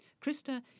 Krista